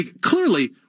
Clearly